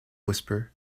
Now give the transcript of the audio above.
whisper